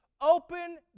open